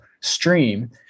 stream